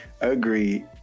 Agreed